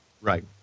Right